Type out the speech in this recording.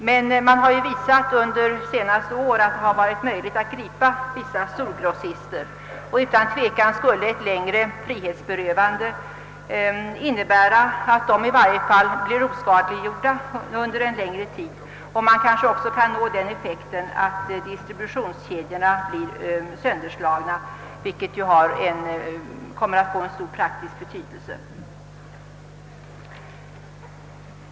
Men man har ju ändå under senaste år kunnat gripa en del storgrossister i narkotika, och ett längre frihetsberövande skulle medföra att de blev oskadliggjorda för avsevärd tid. Kanske kunde man då också nå den effekten att distributionskedjorna slogs sönder, vilket skulle ha mycket stor praktisk betydelse.